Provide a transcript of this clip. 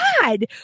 god